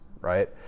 right